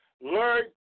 learn